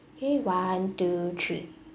okay one two three